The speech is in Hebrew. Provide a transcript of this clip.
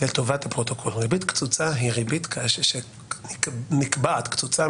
לטובת הפרוטוקול: "ריבית קצוצה" היא ריבית שנקבעת קצוצה,